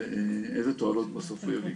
ואיזה תועלות בסוף הוא יביא.